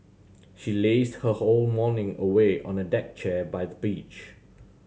she lazed her whole morning away on a deck chair by the beach